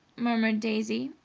murmured daisy.